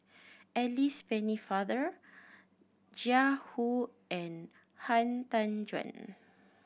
Alice Pennefather Jiang Hu and Han Tan Juan